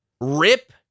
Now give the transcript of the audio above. Rip